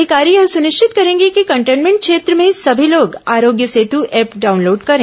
अधिकारी यह सुनिश्चित करेंगे कि कंटेनमेंट क्षेत्र में सभी लोग आरोग्य सेत् ऐप डाउनलोड करें